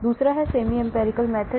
अन्य semi empirical method है